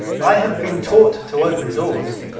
i have been taught to open doors.